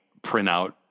printout